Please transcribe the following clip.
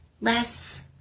less